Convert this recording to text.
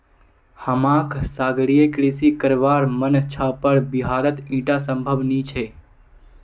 हमाक सागरीय कृषि करवार मन छ पर बिहारत ईटा संभव नी छ